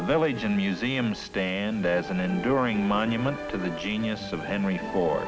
the village and museum stand as an enduring monument to the genius of henry for